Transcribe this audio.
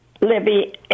Libby